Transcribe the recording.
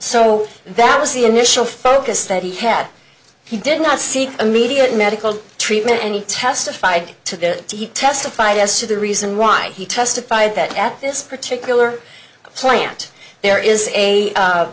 so that was the initial focus that he had he did not seek immediate medical treatment and he testified to that he testified as to the reason why he testified that at this particular plant there is a